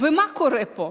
ומה קורה פה?